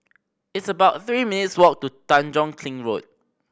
it's about three minutes' walk to Tanjong Kling Road